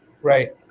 Right